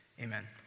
Amen